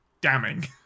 damning